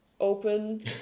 open